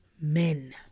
men